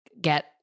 get